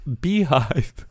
beehive